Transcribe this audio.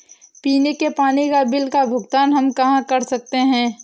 पीने के पानी का बिल का भुगतान हम कहाँ कर सकते हैं?